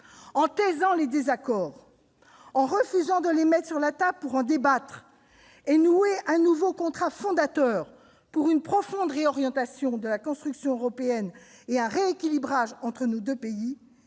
En taisant les désaccords, en refusant de les mettre sur la table pour en débattre et nouer un nouveau contrat fondateur pour une profonde réorientation de la construction européenne et un rééquilibrage entre nos deux pays,